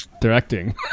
directing